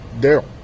Daryl